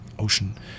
ocean